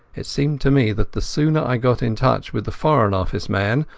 it seemed to me that the sooner i got in touch with the foreign office man,